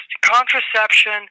contraception